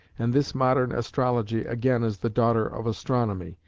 and this modern astrology again is the daughter of astronomy,